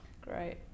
great